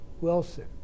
Wilson